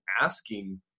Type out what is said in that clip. asking